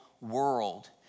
world